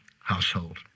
household